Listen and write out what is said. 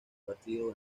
partido